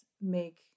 make